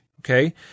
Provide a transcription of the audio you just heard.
okay